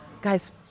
guys